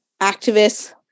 activists